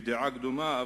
בדעה קדומה.